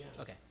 Okay